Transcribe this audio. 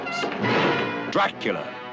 Dracula